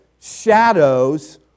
shadows